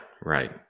right